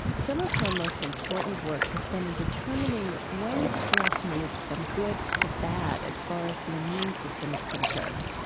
some of her most important work has been in determining when stress moves from good to bad as far as the immune system is concerned.